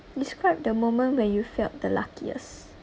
describe the moment where you felt the luckiest